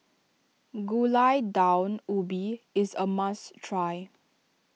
Gulai Daun Ubi is a must try